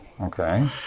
Okay